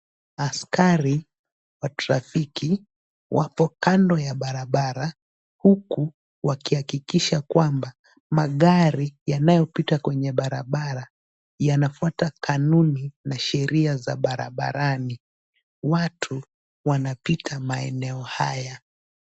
Askari wa trafiki wako kando ya barabara huku wakihakikisha kwamba magari yanayopita kwenye barabara yanafuata kanuni na sheria za barabarani. Watu wanapita maeneo haya.